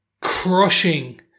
crushing